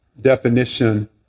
definition